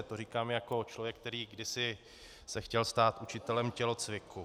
To říkám jako člověk, který kdysi se chtěl stát učitelem tělocviku.